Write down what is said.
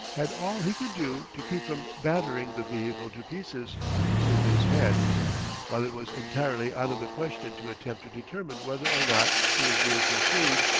had all he could do to keep from battering the vehicle to pieces with his head while it was entirely out of the question to attempt to determine whether or not he was being pursued.